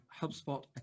HubSpot